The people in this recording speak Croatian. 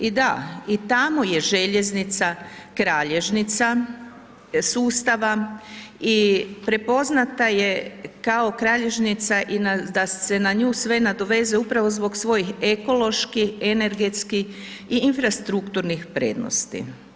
I da, i tamo je željeznica kralješnica sustava i prepoznata je kao kralješnica i da se na nju sve nadovezuje upravo zbog svojih ekološki, energetski i infrastrukturnih prednosti.